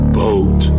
boat